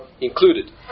included